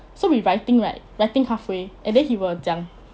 so we writing right writing halfway and then he will 讲